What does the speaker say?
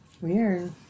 Weird